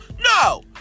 No